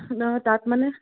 তাত মানে